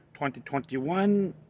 2021